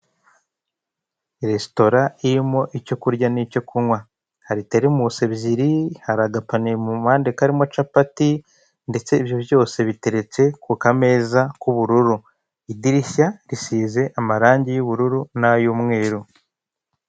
Resitora irimo icyo kurya n'icyo kunywa. Hari teremusi ebyiri, hari agapaniye mu mpande karimo capati, ndetse ibyo byose biteretse ku kameza k'ubururu. Idirishya risize amarangi y'ubururu n'ay'umweru.